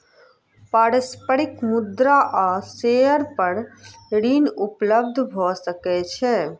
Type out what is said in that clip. पारस्परिक मुद्रा आ शेयर पर ऋण उपलब्ध भ सकै छै